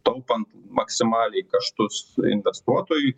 taupant maksimaliai kaštus investuotojui